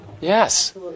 Yes